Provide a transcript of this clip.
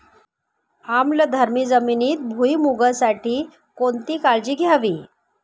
आम्लधर्मी जमिनीत भुईमूगासाठी कोणती काळजी घ्यावी?